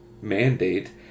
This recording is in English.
mandate